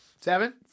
Seven